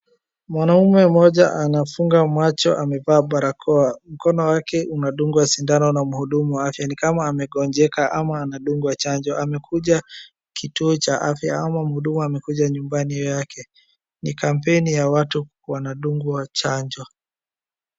Mwanaume mmoja anafunga macho amevaa barakoa. Mkono wake unadungwa sindano na mhudumu wa afya. Ni kama amegonjeka ama anadungwa chanjo. Amekuja kituo cha afya ama mhudumu amekuja nyumbani yake. Ni kampeni ya watu wanadungwa chanjo.